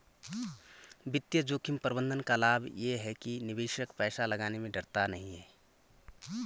वित्तीय जोखिम प्रबंधन का लाभ ये है कि निवेशक पैसा लगाने में डरता नहीं है